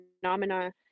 phenomena